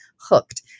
hooked